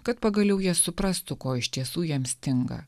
kad pagaliau jie suprastų ko iš tiesų jiems stinga